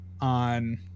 on